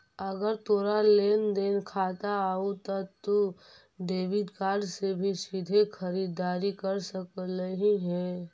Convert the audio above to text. अगर तोर लेन देन खाता हउ त तू डेबिट कार्ड से भी सीधे खरीददारी कर सकलहिं हे